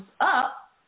up